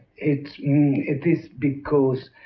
it it is because